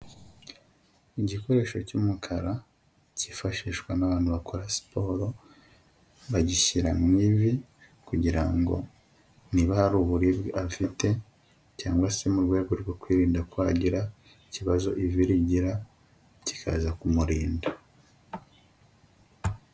Igikoresho cy'umukara cyifashishwa n'abantu bakora siporo, bagishyira mu ivi kugira ngo niba hari uburibwe afite cyangwa se mu rwego rwo kwirinda ko agira ikibazo ivi rigira, kikaza kumurinda.